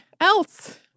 else